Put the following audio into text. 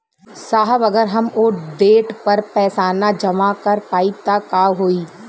साहब अगर हम ओ देट पर पैसाना जमा कर पाइब त का होइ?